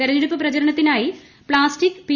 തെരഞ്ഞെടുപ്പ് പ്രചരണത്തിനായി plastic P